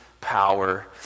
power